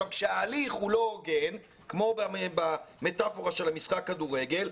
כאשר ההליך הוא לא הוגן כמו במטפורה של משחק כדורגל,